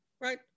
right